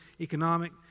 economic